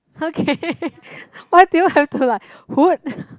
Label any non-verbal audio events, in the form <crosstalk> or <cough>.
<laughs> okay why do you have to like